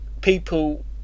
people